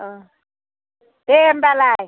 अह दे होमबालाय